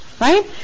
right